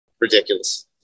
ridiculous